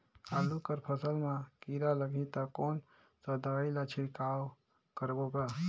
आलू कर फसल मा कीरा लगही ता कौन सा दवाई ला छिड़काव करबो गा?